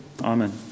Amen